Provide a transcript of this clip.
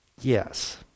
Yes